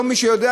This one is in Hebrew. מי שיודע,